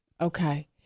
Okay